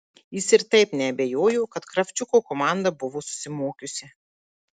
jis ir taip neabejojo kad kravčiuko komanda buvo susimokiusi